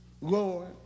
Lord